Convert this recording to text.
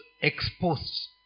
exposed